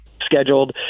scheduled